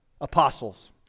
apostles